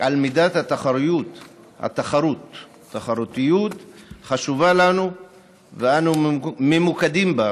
על מידת התחרותיות חשובה לנו ואנו ממוקדים בה,